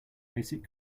basic